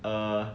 uh